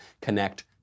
connect